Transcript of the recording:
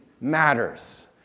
matters